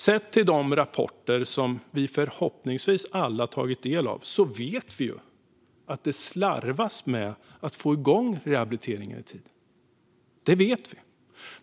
Sett till de rapporter som vi förhoppningsvis alla tagit del av vet vi att det slarvas med att få igång rehabiliteringen i tid.